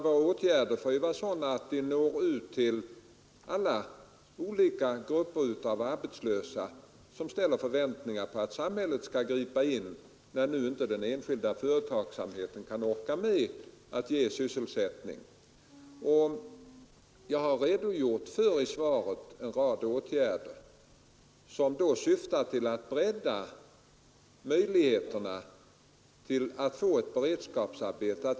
Våra åtgärder får ju vara sådana, att vi når ut till alla grupper av arbetslösa som ställer förväntningar på att samhället skall gripa in, när nu inte den enskilda företagsamheten kan orka med att ge sysselsättning. Jag har i svaret redogjort för en rad åtgärder som syftar till att bredda möjligheterna att få ett beredskapsarbete.